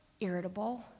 irritable